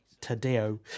Tadeo